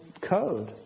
code